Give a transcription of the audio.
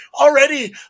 already